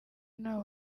nta